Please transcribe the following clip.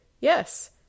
Yes